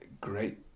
great